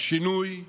השינוי הזה,